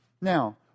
Now